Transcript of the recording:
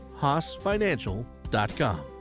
haasfinancial.com